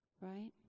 right